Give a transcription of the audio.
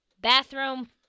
Bathroom